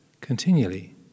continually